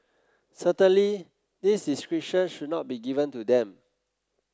certainly this discretion should not be given to them